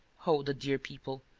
oh, the dear people!